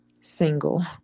single